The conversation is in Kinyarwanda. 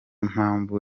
mpamvu